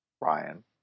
Ryan